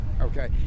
Okay